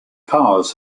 powers